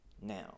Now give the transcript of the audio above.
now